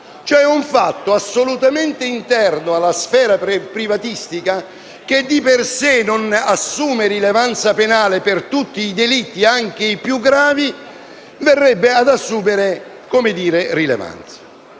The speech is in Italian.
che un fatto assolutamente interno alla sfera privatistica, che di per sé non assume rilevanza penale per tutti i delitti anche i più gravi, verrebbe ad assumere rilevanza.